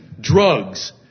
Drugs